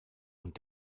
und